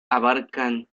abarcan